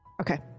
Okay